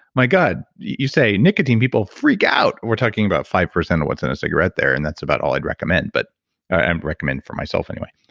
my god. you say nicotine people freak out. we're talking about five percent of what's in a cigarette there. and that's about all i'd recommend, i'd but and recommend for myself anyway.